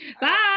Bye